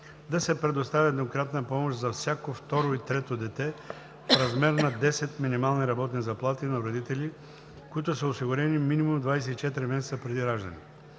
да се предоставя еднократна помощ за всяко второ и трето дете в размер на 10 минимални работни заплати на родители, които са осигурени минимум 24 месеца преди раждането.